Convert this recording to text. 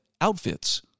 outfits